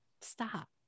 stop